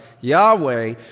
Yahweh